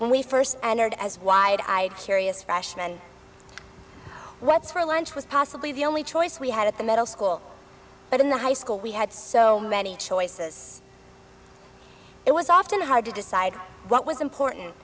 when we first entered as wide eyed curious freshman what's for lunch was possibly the only choice we had at the middle school but in the high school we had so many choices it was often hard to decide what was important